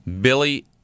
Billy